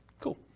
Cool